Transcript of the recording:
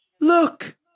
look